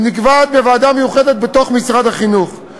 היא נקבעת בוועדה מיוחדת במשרד החינוך.